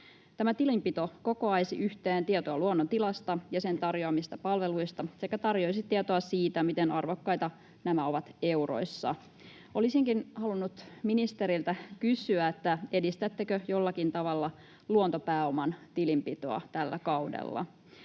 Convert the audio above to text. Tämä tilinpito kokoaisi yhteen tietoa luonnon tilasta ja sen tarjoamista palveluista sekä tarjoaisi tietoa siitä, miten arvokkaita nämä ovat euroissa. Olisinkin halunnut ministeriltä kysyä: edistättekö jollakin tavalla luontopääoman tilinpitoa tällä kaudella?